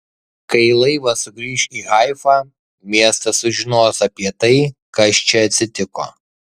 kai laivas sugrįš į haifą miestas sužinos apie tai kas čia atsitiko